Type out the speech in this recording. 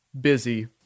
busy